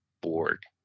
board